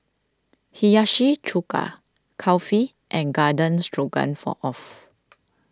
Hiyashi Chuka Kulfi and Garden Stroganoff